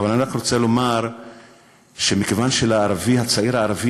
אבל אני רק רוצה לומר שמכיוון שלצעיר הערבי